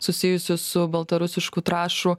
susijusių su baltarusiškų trąšų